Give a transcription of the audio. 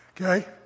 Okay